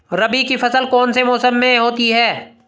रबी की फसल कौन से मौसम में होती है?